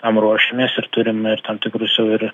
tam ruošiamės ir turim ir tam tikrus ir